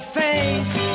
face